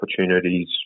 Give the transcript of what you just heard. opportunities